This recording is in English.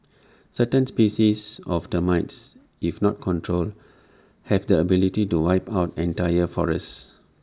certain species of termites if not controlled have the ability to wipe out entire forests